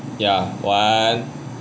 ya one